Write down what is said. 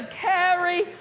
carry